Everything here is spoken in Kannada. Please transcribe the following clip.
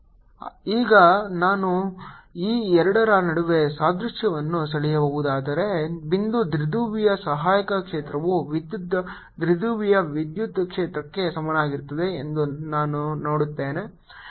E0 ಆದ್ದರಿಂದ H ≡E ಈಗ ನಾನು ಈ ಎರಡರ ನಡುವೆ ಸಾದೃಶ್ಯವನ್ನು ಸೆಳೆಯಬಹುದಾದರೆ ಬಿಂದು ದ್ವಿಧ್ರುವಿಯ ಸಹಾಯಕ ಕ್ಷೇತ್ರವು ವಿದ್ಯುತ್ ದ್ವಿಧ್ರುವಿಯ ವಿದ್ಯುತ್ ಕ್ಷೇತ್ರಕ್ಕೆ ಸಮನಾಗಿರುತ್ತದೆ ಎಂದು ನಾನು ನೋಡುತ್ತೇನೆ